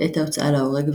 בעת ההוצאה להורג,